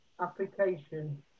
application